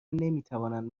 نمیتوانند